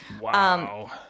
Wow